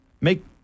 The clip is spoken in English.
make